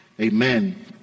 Amen